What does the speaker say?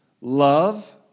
love